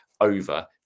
over